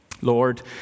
Lord